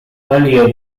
earlier